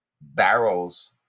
barrels